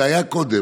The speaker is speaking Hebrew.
זה היה קודם,